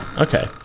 Okay